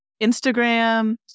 Instagram